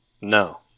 No